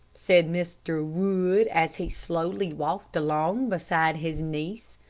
said mr. wood, as he slowly walked along beside his niece.